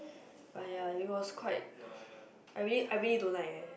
but ya it was quite I really I really don't like eh